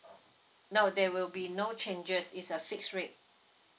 no there will be no changes it's a fixed rate